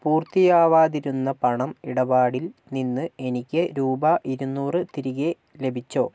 പൂർത്തിയാവാതിരുന്ന പണം ഇടപാടിൽ നിന്ന് എനിക്ക് രൂപ ഇരുനൂറ് തിരികെ ലഭിച്ചോ